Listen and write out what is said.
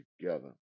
together